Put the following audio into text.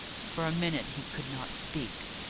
for a minute he could not speak.